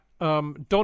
Don